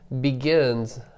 begins